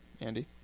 Andy